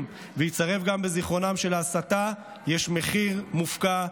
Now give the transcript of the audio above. וייצרב גם בזיכרונם שלהסתה יש מחיר מופקע,